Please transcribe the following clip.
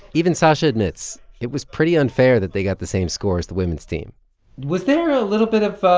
even sasha admits it was pretty unfair that they got the same score as the women's team was there a little bit of